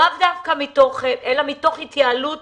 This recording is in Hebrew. לאו דווקא מתוך אלא מתוך התייעלות